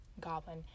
Goblin